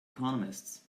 economists